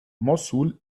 mossul